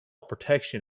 protection